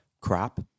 crap